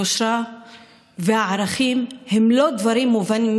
היושרה והערכים הם לא דברים מובנים